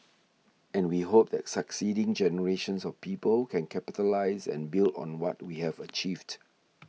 and we hope that succeeding generations of people can capitalise and build on what we have achieved